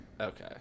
Okay